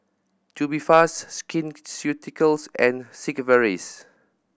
Tubifast Skin Ceuticals and Sigvaris